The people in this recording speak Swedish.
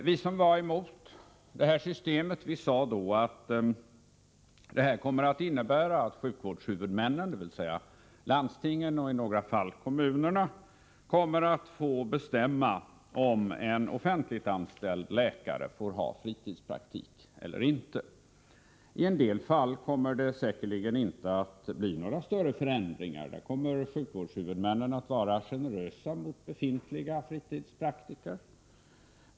Vi som var emot detta system sade då att det kommer att innebära att sjukvårdshuvudmännen, dvs. landstingen och i några fall kommunerna, får bestämma om en offentligt anställd läkare får ha fritidspraktik eller inte. I en del fall blir det säkerligen inte några större förändringar, utan sjukvårdshuvudmännen kommer att vara generösa mot befintliga fritidspraktiker.